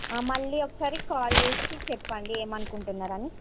మళ్ళీ ఒకసారి కాల్ చేసి చెప్పండి ఏమనుకుంటున్నారని